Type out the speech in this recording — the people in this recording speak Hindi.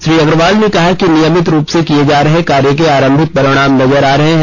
श्री अग्रवाल ने कहा कि नियमित रूप से किए जा रहे कार्य के आरंभिक परिणाम नजर आ रहे हैं